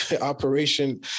operation